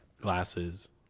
glasses